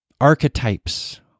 archetypes